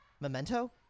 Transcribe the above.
Memento